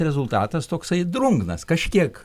rezultatas toksai drungnas kažkiek